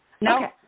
No